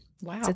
Wow